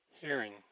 Hearing